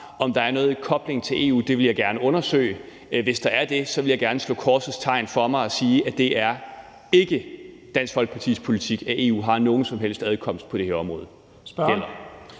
Om der er nogen kobling til EU, vil jeg gerne undersøge. Hvis der er det, vil jeg gerne slå korsets tegn for mig og sige, at det ikke er Dansk Folkepartis politik, at EU har nogen som helst adkomst på det her område